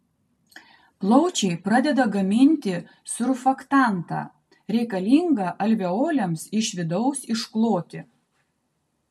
plaučiai pradeda gaminti surfaktantą reikalingą alveolėms iš vidaus iškloti